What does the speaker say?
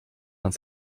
uns